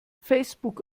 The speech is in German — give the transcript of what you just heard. facebook